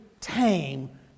tame